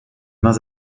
mains